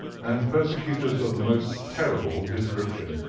and persecutors of the most terrible description.